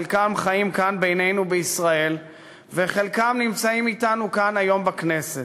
חלקם חיים כאן בינינו בישראל וחלקם נמצאים אתנו כאן היום בכנסת,